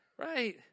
right